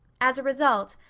as a result,